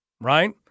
right